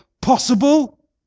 possible